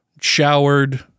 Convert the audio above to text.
showered